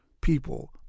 people